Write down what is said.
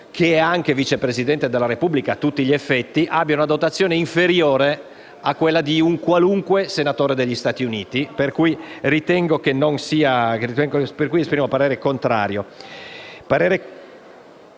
che è anche vice Presidente della Repubblica a tutti gli effetti, abbia una dotazione inferiore a quella di un qualunque senatore degli Stati Uniti. Per cui esprimo parere contrario